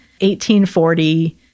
1840